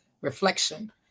reflection